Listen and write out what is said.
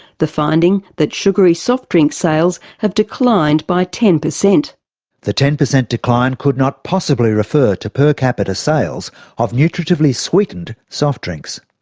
the finding that sugary soft drink sales have declined by ten percent the ten percent decline could not possibly refer to per capita sales of nutritively sweetened soft drinks.